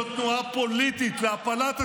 זו תנועה פוליטית להפלת השלטון,